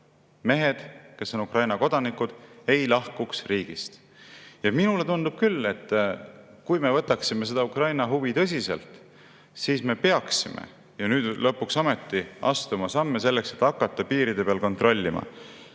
mehed, kes on Ukraina kodanikud, ei lahkuks riigist. Minule tundub küll, et kui me võtaksime seda Ukraina huvi tõsiselt, siis me peaksime ju nüüd lõpuks ometi astuma samme, et hakata piiride peal kontrollima,